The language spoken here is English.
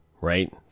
right